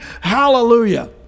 Hallelujah